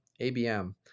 ABM